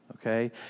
okay